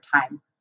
time